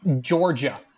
Georgia